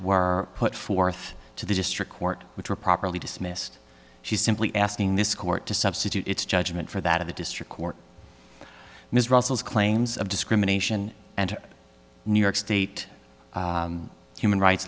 were put forth to the district court which were properly dismissed she simply asking this court to substitute its judgment for that of a district court ms russell's claims of discrimination and new york state human rights